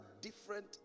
different